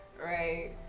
right